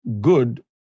good